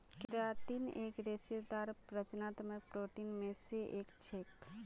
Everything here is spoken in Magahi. केराटीन एक रेशेदार संरचनात्मक प्रोटीन मे स एक छेक